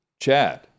Chad